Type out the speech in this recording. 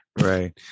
Right